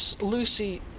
Lucy